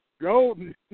Golden